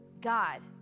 God